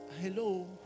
hello